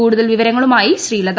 കൂടുതൽ വിവരങ്ങളുമായി ശ്രീലത